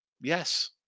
Yes